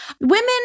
Women